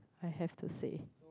I have to say